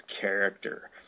character